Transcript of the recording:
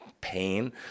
pain